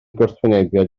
gwrthwynebiad